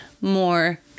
more